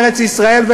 בארץ-ישראל,